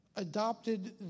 Adopted